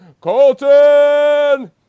Colton